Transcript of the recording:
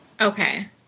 okay